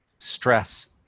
stress